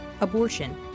abortion